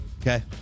Okay